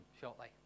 shortly